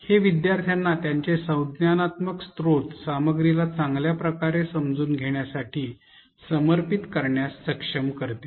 हे विद्यार्थ्यांना त्यांचे संज्ञानात्मक स्त्रोत सामग्रीला चांगल्या प्रकारे समजून घेण्यासाठी समर्पित करण्यास सक्षम करते